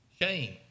shame